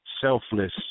selfless